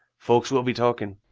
folks will be talking.